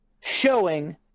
showing